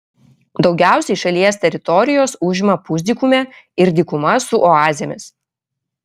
daugiausiai šalies teritorijos užima pusdykumė ir dykuma su oazėmis